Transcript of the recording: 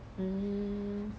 mm